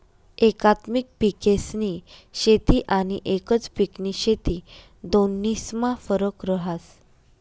एकात्मिक पिकेस्नी शेती आनी एकच पिकनी शेती दोन्हीस्मा फरक रहास